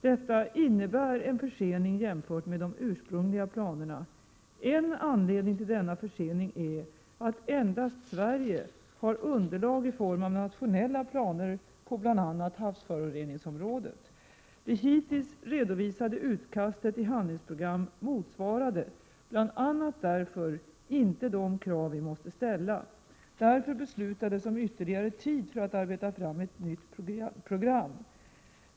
Detta innebär en försening jämfört med de ursprungliga planerna. En anledning till denna försening är att endast Sverige har underlag i form av nationella planer på bl.a. havsföroreningsområdet. Det hittills redovisade utkastet till handlingsprogram motsvarade bl.a. därför inte de krav vi måste ställa. Därför beslutades om ytterligare tid för att arbeta fram ett nytt program.